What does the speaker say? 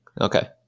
Okay